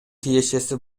тиешеси